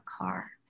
car